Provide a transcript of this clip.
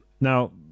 now